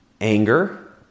anger